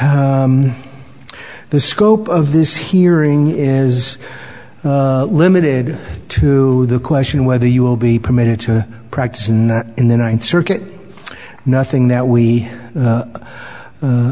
the scope of this hearing is limited to the question of whether you will be permitted to practice and in the ninth circuit nothing that we